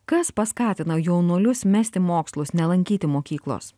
kas paskatino jaunuolius mesti mokslus nelankyti mokyklos